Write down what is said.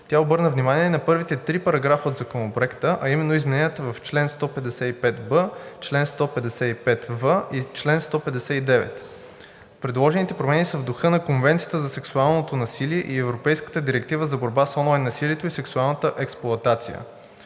Тя обърна внимание на първите три параграфа от законопроекта, а именно измененията в чл. 155б, чл. 155в и чл. 159. Предложените промени са в духа на Конвенцията за сексуалното насилие и Европейската директива за борба с онлайн насилието и сексуалната експлоатация.